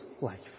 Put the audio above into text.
life